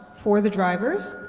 for the drivers.